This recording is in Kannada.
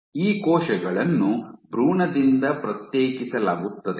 ಈ ಕೋಶಗಳನ್ನು ಭ್ರೂಣದಿಂದ ಪ್ರತ್ಯೇಕಿಸಲಾಗುತ್ತದೆ